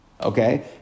Okay